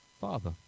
Father